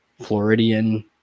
Floridian